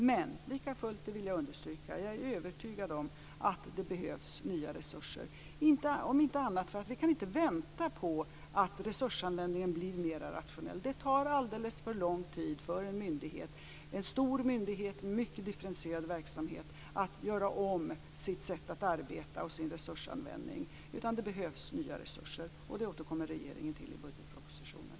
Men, likafullt vill jag understryka att jag är övertygad om att det behövs nya resurser. Vi kan inte vänta på att resursanvändningen blir mera rationell. Det tar alldeles för lång tid för en stor myndighet med differentierad verksamhet att göra om sitt sätt att arbeta och sin resursanvändning. Det behövs nya resurser. Regeringen återkommer till det i budgetpropositionen.